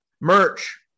Merch